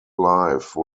life